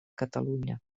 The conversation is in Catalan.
catalunya